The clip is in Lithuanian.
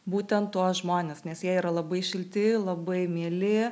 būtent tuos žmones nes jie yra labai šilti labai mieli